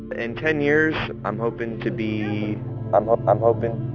in ten years, i'm hoping to be i'm ah i'm hoping.